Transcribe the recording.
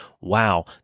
wow